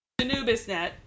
Anubisnet